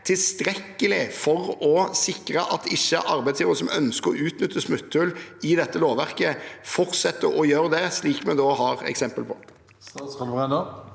tilstrekkelig for å sikre at ikke arbeidsgivere som ønsker å utnytte smutthull i dette lovverket, fortsetter å gjøre det, slik vi har eksempel på?